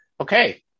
okay